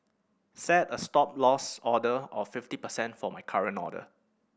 set a Stop Loss order of fifty percent for my current order